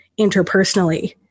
interpersonally